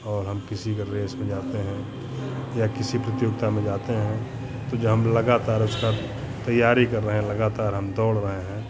और हम किसी अगर रेस में जाते हैं या किसी प्रतियोगिता में जाते हैं तो जो हम लगातार उसका तैयारी कर रहे हैं लगातार हम दौड़ रहे हैं